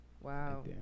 Wow